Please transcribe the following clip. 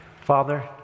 Father